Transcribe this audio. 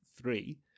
three